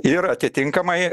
ir atitinkamai